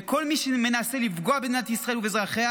וכל מי שמנסה לפגוע במדינת ישראל ואזרחיה